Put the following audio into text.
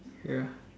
ya